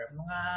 mga